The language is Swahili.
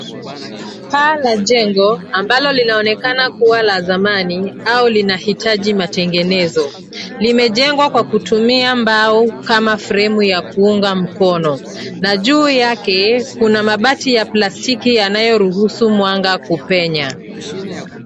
Paa la jengo ambalo linaonekana kuwa la zamani au linahitaji matengenezo. Limejengwa kwa kutumia mbao kama fremu ya kuunga mkono na juu yake kuna mabati ya plastiki yanayoruhusu mwanga kupenya.